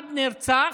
אחד נרצח,